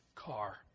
car